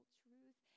truth